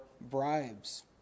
bribes